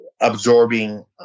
absorbing